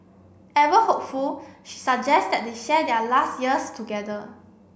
ever hopeful she suggests that they share their last years together